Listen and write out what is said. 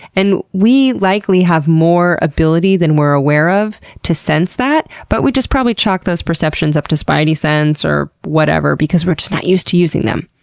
and we likely have more ability than we're aware of to sense that, but we just probably chalk those perceptions up to spidey sense or whatever because we're just not used to using them.